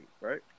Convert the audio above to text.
right